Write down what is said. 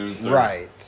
Right